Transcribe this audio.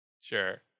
Sure